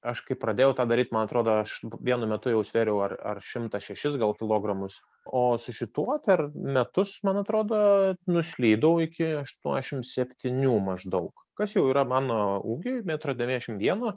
aš kai pradėjau tą daryt man atrodo aš vienu metu jau svėriau ar ar šimtą šešis gal kilogramus o su šituo per metus man atrodo nuslydau iki aštuoniasdešimt septynių maždaug kas jau yra mano ūgiui metrą devyniasdešimt vieno